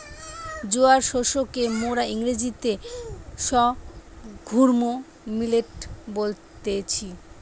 জোয়ার শস্যকে মোরা ইংরেজিতে সর্ঘুম মিলেট বলতেছি